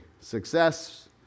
Success